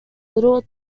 little